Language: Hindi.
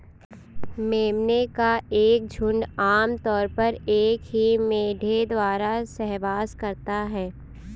मेमने का एक झुंड आम तौर पर एक ही मेढ़े द्वारा सहवास करता है